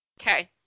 Okay